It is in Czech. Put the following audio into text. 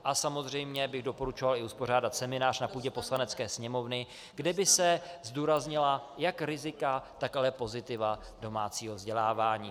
A samozřejmě bych doporučoval i uspořádat seminář na půdě Poslanecké sněmovny, kde by se zdůraznila jak rizika, tak pozitiva domácího vzdělávání.